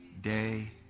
Day